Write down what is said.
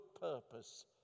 purpose